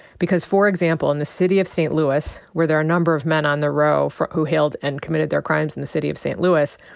because, for example, in the city of st. louis, where there are a number of men on the row who hailed and committed their crimes in the city of st. louis,